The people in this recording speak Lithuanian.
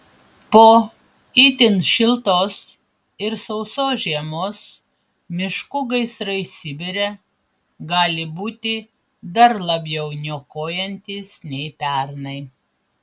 po itin šiltos ir sausos žiemos miškų gaisrai sibire gali būti dar labiau niokojantys nei pernai